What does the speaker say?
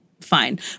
fine